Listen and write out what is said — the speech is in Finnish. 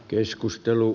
keskustelu